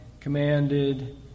commanded